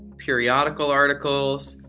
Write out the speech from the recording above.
periodical articles,